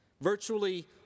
Virtually